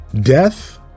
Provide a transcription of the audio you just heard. death